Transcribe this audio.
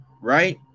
right